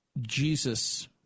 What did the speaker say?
Jesus